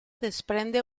desprende